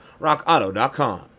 rockauto.com